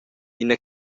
ina